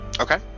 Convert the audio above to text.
okay